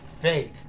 fake